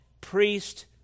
priest